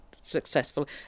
successful